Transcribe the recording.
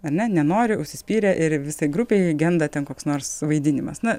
ar ne nenori užsispyrė ir visai grupei genda ten koks nors vaidinimas na